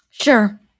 Sure